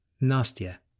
Nastya